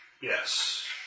Yes